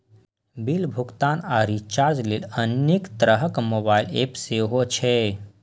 bill भुगतान आ recharge लेल अनेक तरहक मोबाइल एप सेहो छै